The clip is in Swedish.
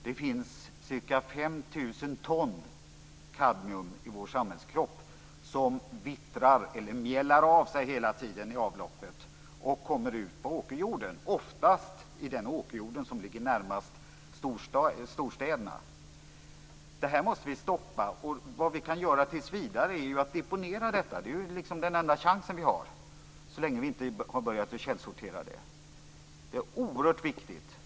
Det finns ca 5 000 ton kadmium i vår samhällskropp som hela tiden vittrar eller mjällar av sig i avlopp och kommer ut på åkerjorden - oftast i den åkerjord som ligger närmast storstäderna. Detta måste vi stoppa. Vad vi tills vidare kan göra är att vi deponerar detta. Det är den enda chansen vi har så länge vi inte har börjat källsortera detta. Det här är oerhört viktigt.